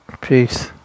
Peace